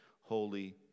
holy